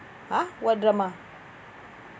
!huh! what drama